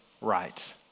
right